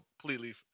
completely